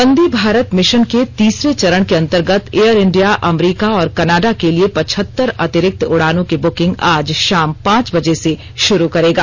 वंदे Bharat mission के तीसरे चरण के अंतर्गत एयर इंडिया अमरीका और कनाडा के लिए पच्छहतर अतिरिक्त उड़ानों की बुकिंग आज शाम पांच बजे से शुरू करेगा